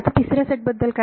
आता तिसऱ्या सेट बद्दल काय